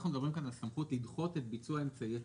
אנחנו מדברים כאן על סמכות לדחות את ביצוע אמצעי התיקון.